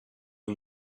این